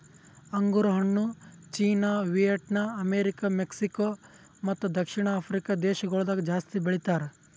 ಅಂಗುರ್ ಹಣ್ಣು China, Vietnam, America, Mexico ಮತ್ತ ದಕ್ಷಿಣ ಆಫ್ರಿಕಾ ದೇಶಗೊಳ್ದಾಗ್ ಜಾಸ್ತಿ ಬೆಳಿತಾರ್